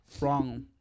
wrong